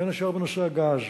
בין השאר בנושא הגז